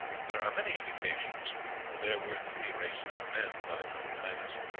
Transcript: there are many indications that there were three races of men dwelling on atlantis.